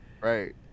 Right